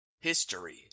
History